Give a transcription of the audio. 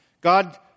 God